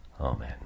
Amen